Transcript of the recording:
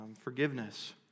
forgiveness